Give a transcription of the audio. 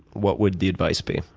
what would the advice be?